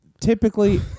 typically